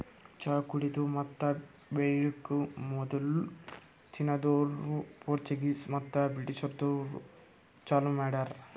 ಚಹಾ ಕುಡೆದು ಮತ್ತ ಬೆಳಿಲುಕ್ ಮದುಲ್ ಚೀನಾದೋರು, ಪೋರ್ಚುಗೀಸ್ ಮತ್ತ ಬ್ರಿಟಿಷದೂರು ಚಾಲೂ ಮಾಡ್ಯಾರ್